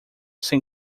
sem